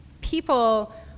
People